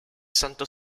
santo